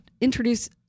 introduce